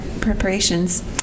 preparations